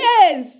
Yes